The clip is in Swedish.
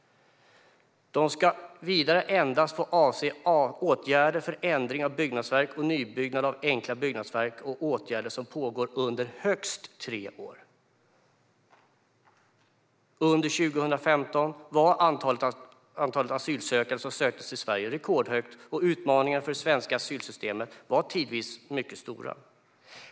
De ska vidare endast få avse åtgärder för ändring av byggnadsverk, nybyggnad av enkla byggnadsverk och åtgärder som pågår under högst tre år. Under 2015 var antalet asylsökande som sökte sig till Sverige rekordhögt, och utmaningarna för det svenska asylsystemet var tidvis mycket stora.